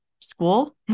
school